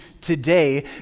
today